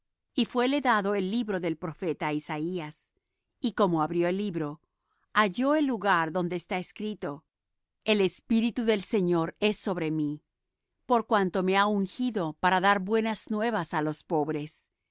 y fuéle dado el libro del profeta isaías y como abrió el libro halló el lugar donde estaba escrito el espíritu del señor es sobre mí por cuanto me ha ungido para dar buenas nuevas á los pobres